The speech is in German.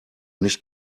nicht